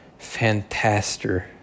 fantaster